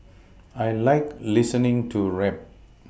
I like listening to rap